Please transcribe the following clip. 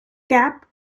kapp